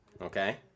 Okay